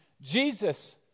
Jesus